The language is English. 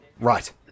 Right